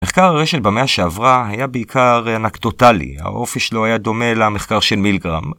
מחקר ... במאה שעברה היה בעיקר אנקדוטלי, האופי שלו היה דומה למחקר של מילגרם.